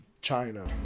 China